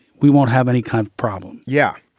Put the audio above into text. we won't have any kind of problem yeah.